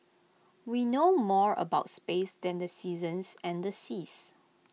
we know more about space than the seasons and the seas